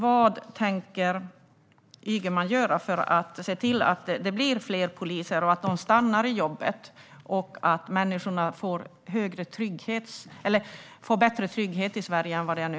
Vad tänker Ygeman göra för att se till att det blir fler poliser och att de stannar i jobbet så att människor i Sverige får bättre trygghet än nu?